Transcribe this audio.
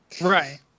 Right